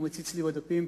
הוא מציץ לי בדפים.